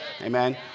Amen